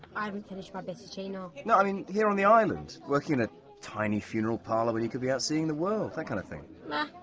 i haven't finished my bitterccino. you know mean here on the island. working in a tiny funeral parlour when you could be out seeing the world. that kind of thing. and